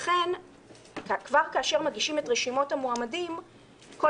לכן כבר כאשר מגישים את רשימות המועמדים כל